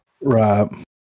Right